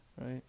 right